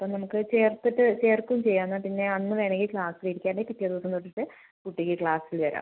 ഇപ്പം നമുക്ക് ചേർത്തിട്ട് ചേർക്കുകയും ചെയ്യാം എന്നാൽ പിന്നെ അന്ന് വേണമെങ്കിൽ ക്ലാസ്സിൽ ഇരിക്കാം അല്ലെങ്കിൽ പിറ്റേ ദിവസം തൊട്ടിട്ട് കുട്ടിക്ക് ക്ലാസ്സിൽ വരാം